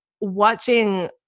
watching